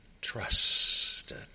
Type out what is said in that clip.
trusted